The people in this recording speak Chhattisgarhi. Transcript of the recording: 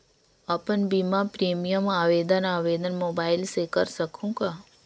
अपन बीमा प्रीमियम आवेदन आवेदन मोबाइल से कर सकहुं का?